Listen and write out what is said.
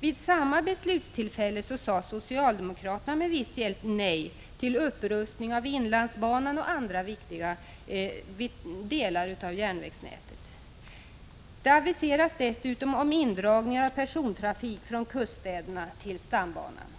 Vid samma beslutstillfälle sade socialdemokraterna, med viss hjälp, nej till upprustning av inlandsbanan och andra viktiga delar av järnvägsnätet. Man aviserar dessutom indragningar av persontrafik från kuststäderna till stambanan.